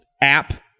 app